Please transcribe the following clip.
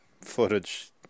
footage